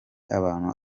abantu